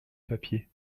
papier